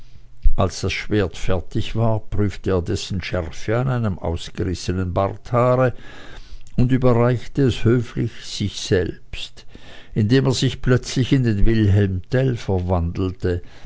als das schwert fertig war prüfte er dessen schärfe an einem ausgerissenen barthaare und überreichte es höflich sich selbst indem er sich plötzlich in den wilhelm tell verwandelte